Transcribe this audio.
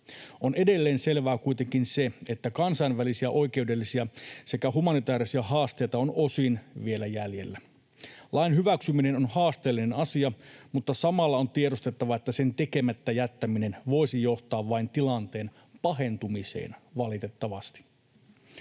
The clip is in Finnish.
On edelleen selvää kuitenkin se, että kansainvälisiä oikeudellisia sekä humanitäärisiä haasteita on osin vielä jäljellä. Lain hyväksyminen on haasteellinen asia, mutta samalla on tiedostettava, että sen tekemättä jättäminen voisi johtaa vain tilanteen pahentumiseen, valitettavasti.